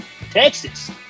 Texas